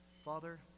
Father